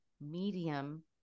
medium